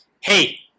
hey